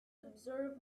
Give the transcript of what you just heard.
observe